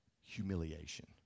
humiliation